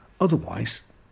Otherwise